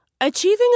Achieving